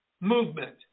movement